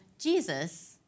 Jesus